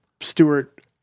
Stewart